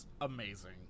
amazing